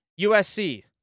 USC